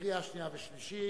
קריאה שנייה ושלישית,